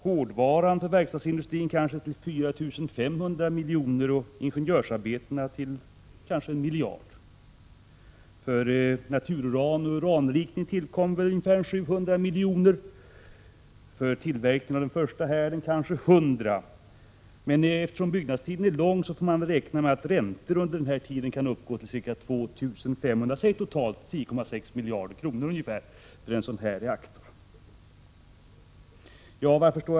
Hårdvaran för verkstadsindustrin kan uppskattas till ungefär 4 500 miljoner och ingenjörsarbetena till kanske 1 miljard. För natururan och urananrikning tillkommer ungefär 700 miljoner. För tillverkning av den första härden tillkommer ca 100 miljoner. Men eftersom byggnadstiden är lång får man räkna med att räntor under den här tiden kan uppgå till ca 2 500 miljoner — totalt alltså en kostnad på ca 10,6 miljarder för en reaktor av den typen.